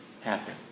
happen